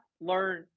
learn